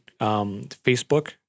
Facebook